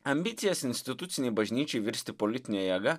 ambicijas institucinei bažnyčiai virsti politine jėga